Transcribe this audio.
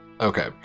Okay